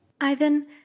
Ivan